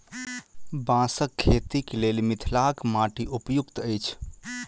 बाँसक खेतीक लेल मिथिलाक माटि उपयुक्त अछि